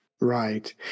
Right